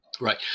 right